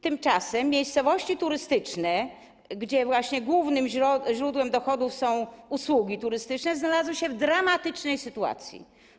Tymczasem miejscowości turystyczne, gdzie głównym źródłem dochodów są usługi turystyczne, znalazły się w dramatycznej sytuacji.